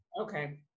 okay